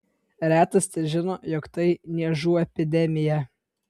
retas težino jog tai niežų epidemija